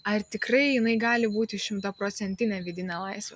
ar tikrai jinai gali būti šimtaprocentinė vidinė laisvė